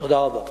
תודה רבה.